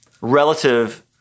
relative